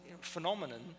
phenomenon